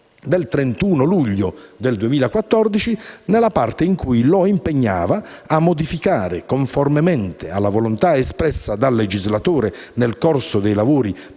del 31 luglio 2014, nella parte in cui lo impegnava "a modificare, conformemente alla volontà espressa dal legislatore nel corso dei lavori